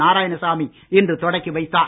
நாராயணசாமி இன்று தொடக்கி வைத்தார்